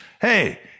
Hey